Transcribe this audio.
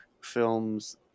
films